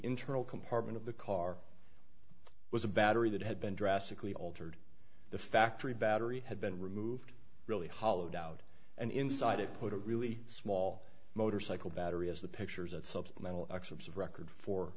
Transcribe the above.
internal compartment of the car was a battery that had been drastically altered the factory battery had been removed really hollowed out and inside it put a really small motorcycle battery as the pictures at supplemental excerpts of record for